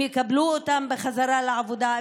אם יקבלו אותן בחזרה לעבודה,